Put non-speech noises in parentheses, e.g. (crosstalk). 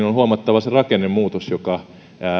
(unintelligible) on huomattava se rakennemuutos joka